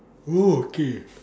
okay